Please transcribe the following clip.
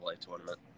tournament